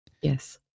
Yes